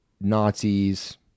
Nazis